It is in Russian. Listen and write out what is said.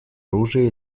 оружия